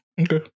okay